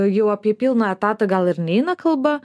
jau apie pilną etatą gal ir neina kalba